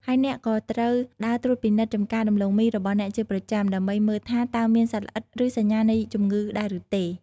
ហើយអ្នកក៏ត្រូវដើរត្រួតពិនិត្យចំការដំឡូងមីរបស់អ្នកជាប្រចាំ ដើម្បីមើលថាតើមានសត្វល្អិត ឬសញ្ញានៃជំងឺដែរឬទេ។